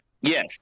Yes